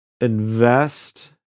invest